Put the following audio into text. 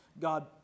God